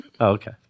Okay